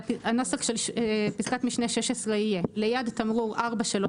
הנוסח של פסקת משנה (16) יהיה: "ליד תמרור 437,